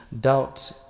Doubt